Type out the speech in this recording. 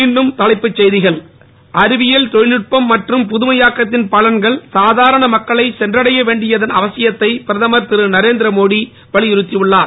மீண்டும் தலைப்புச் செய்திகள் அறிவியல் தொழில்நுட்பம் மற்றும் புதுமையாக்கத்தின் பலன்கள் சாதாரண மக்களை சென்றடைய வேண்டியதன் அவசியத்தை பிரதமர் திரு நரேந்திரமோடி வலியுறுத்தி உள்ளார்